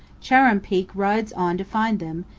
chuar'ruumpeak rides on to find them,